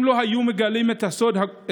אם לא היו מגלים את הסוד,